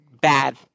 bad